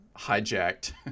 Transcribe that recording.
hijacked